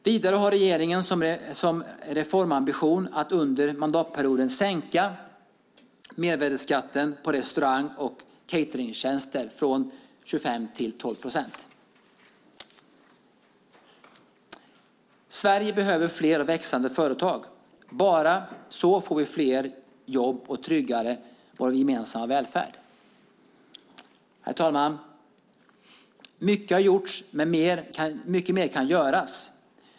Vidare har regeringen som reformambition att under mandatperioden sänka mervärdesskatten på restaurang och cateringtjänster från 25 procent till 12 procent. Sverige behöver fler och växande företag. Bara så får vi fler jobb och tryggar vår gemensamma välfärd. Herr talman! Mycket har gjorts, men mycket mer kan göras.